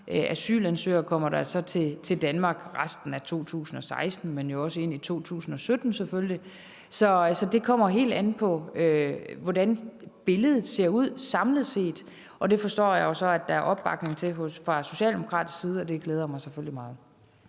asylansøgere kommer der så til Danmark i resten af 2016, men jo selvfølgelig også ind i 2017? Så det kommer helt an på, hvordan billedet samlet set ser ud, og det forstår jeg jo så at der er opbakning til fra socialdemokratisk side, og det glæder mig selvfølgelig meget.